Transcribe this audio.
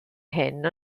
hyn